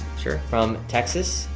sure. from texas.